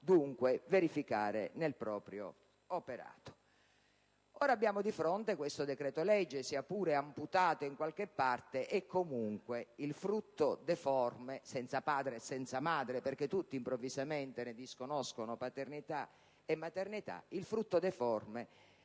dunque, verificare nel suo operato. Ora abbiamo di fronte questo decreto-legge che, sia pure amputato in qualche parte, è comunque il frutto deforme - senza padre e senza madre, perché tutti, improvvisamente, ne disconoscono paternità e maternità - di